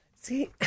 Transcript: See